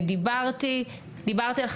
אנחנו בונים את זה לבינה על לבינה,